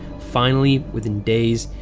finally, within days,